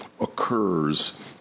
occurs